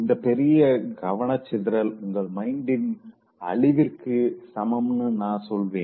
இந்த பெரிய கவனச்சிதறல் உங்கள் மைண்டின் அழிவிற்கு சமம்னு நா சொல்வேன்